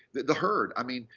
the herd. i mean,